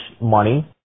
money